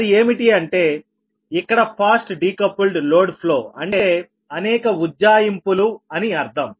అది ఏమిటి అంటే ఇక్కడ ఫాస్ట్ డికపుల్డ్ లోడ్ ఫ్లో అంటే అనేక ఉజ్జాయింపులు అని అర్థం